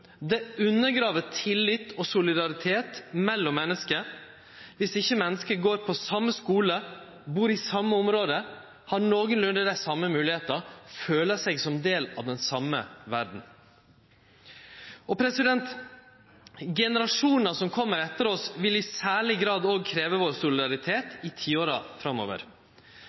det undergrev tillit og solidaritet mellom menneske viss ikkje menneske går på same skule, bur i same område, har nokolunde dei same moglegheiter, føler seg som del av den same verda. Generasjonane som kjem etter oss, vil òg i særleg grad krevje vår solidaritet i tiåra framover.